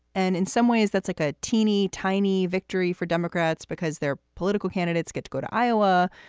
and in some ways, that's like a teeny tiny victory for democrats because their political candidates get to go to iowa.